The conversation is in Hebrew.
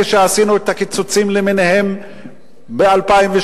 כשעשינו את הקיצוצים למיניהם ב-2003,